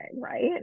right